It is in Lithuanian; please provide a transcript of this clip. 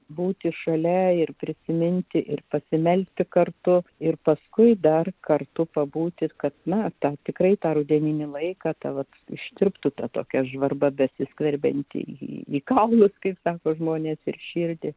būti šalia ir prisiminti ir pasimelsti kartu ir paskui dar kartu pabūti kad na ta tikrai tą rudeninį laiką tą vat ištirptų ta tokia žvarba besiskverbianti į į kaulus kaip sako žmonės ir širdį